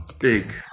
big